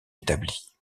établie